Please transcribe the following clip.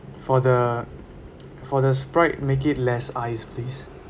for the for the sprite make it less ice please